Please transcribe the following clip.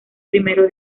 primero